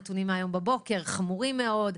הנתונים מהיום בבוקר חמורים מאוד,